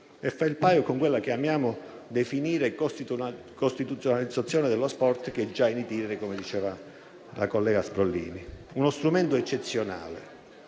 e fa il paio con quella che amiamo definire costituzionalizzazione dello sport, che è già *in itinere*, come ricordava la collega Sbrollini. È uno strumento eccezionale